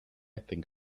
think